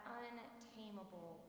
untamable